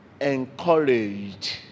encouraged